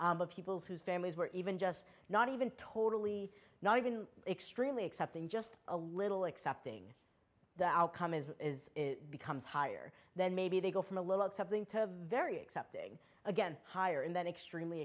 people whose families were even just not even totally not even extremely accepting just a little accepting the outcome as becomes higher then maybe they go from a little something to a very accepting again higher and then extremely